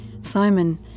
simon